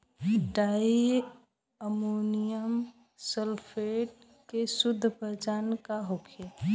Di ammonium phosphate के शुद्ध पहचान का होखे?